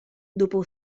dopo